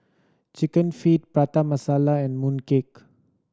Chicken Feet Prata Masala and mooncake